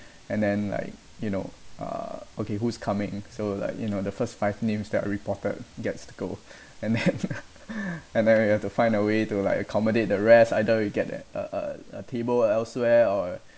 and then like you know uh okay who's coming so like you know the first five names that are reported gets to go and then and then we have to find a way to like accommodate the rest either we get that a a a table or elsewhere or